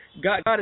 God